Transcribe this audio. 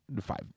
five